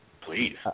Please